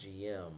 gm